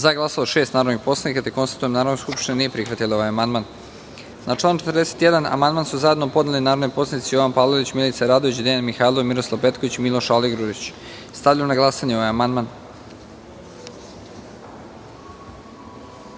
prisutnih 169 narodnih poslanika. Konstatujem da Narodna skupština nije prihvatila ovaj amandman. Na član 41. amandman su zajedno podneli narodni poslanici Jovan Palalić, Milica Radović, Dejan Mihajlov, Miroslav Petković i Miloš Aligrudić. Stavljam na glasanje ovaj amandman. Molim